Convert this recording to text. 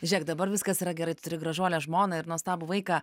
žiūrėk dabar viskas yra gerai tu turi gražuolę žmoną ir nuostabų vaiką